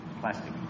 Plastic